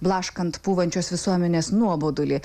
blaškant pūvančios visuomenės nuobodulį